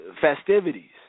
festivities